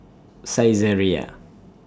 Saizeriya